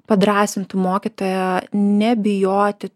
padrąsintų mokytoją nebijoti